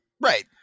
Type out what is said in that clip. Right